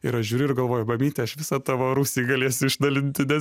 ir aš žiūriu ir galvoju mamyte aš visą tavo rūsį galėsiu išdalinti nes